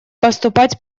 поступать